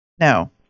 no